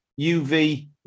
UV